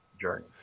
journey